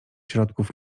środków